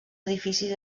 edificis